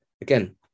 Again